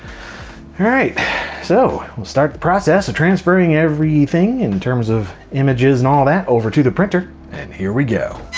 right so we'll start the process of transferring everything in terms of images and all that over to the printer and here we go.